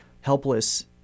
helpless